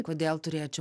kodėl turėčiau